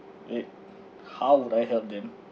it how would I help them